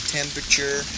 temperature